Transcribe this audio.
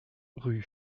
rue